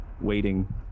waiting